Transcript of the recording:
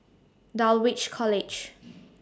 Dulwich College